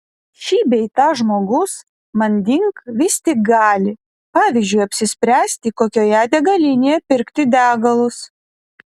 šį bei tą žmogus manding vis tik gali pavyzdžiui apsispręsti kokioje degalinėje pirkti degalus